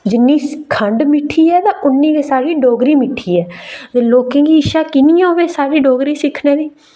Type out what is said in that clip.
जिन्नी खंड मिट्ठी उन्नी गै साढञी डोगरी मिट्ठी ऐ ते लोकें गी इच्छा कि नेईं होऐ डोगरी सिक्खने दी